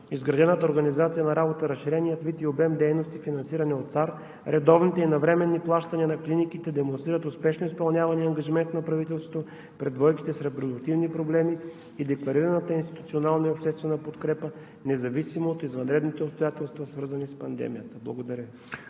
Изградената организация на работа, разширеният вид и обем дейности, финансирани от Центъра за асистирана репродукция, редовните и навременни плащания на клиниките демонстрират успешно изпълнявания ангажимент на правителството пред двойките с репродуктивни проблеми и декларираната институционална и обществена подкрепа независимо от извънредните обстоятелства, свързани с пандемията. Благодаря